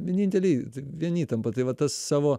vieninteliai vieni įtampa tai va tas savo